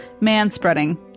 Man-spreading